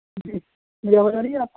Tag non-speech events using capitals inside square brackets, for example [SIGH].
جی [UNINTELLIGIBLE] آواز آ رہی ہے آپ کو